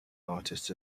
artist